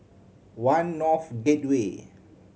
One North Gateway